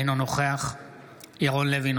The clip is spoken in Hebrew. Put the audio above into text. אינו נוכח ירון לוי,